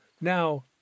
now